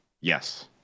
Yes